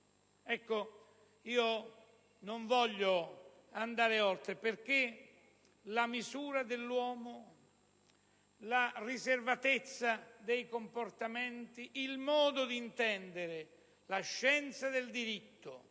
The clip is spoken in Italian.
etici». Non voglio andare oltre, perché la misura dell'uomo, la riservatezza nei comportamenti, il modo di intendere la scienza del diritto,